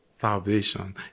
salvation